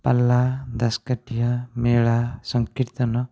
ପାଲା ଦାସକାଠିଆ ମେଳା ସଂକୀର୍ତ୍ତନ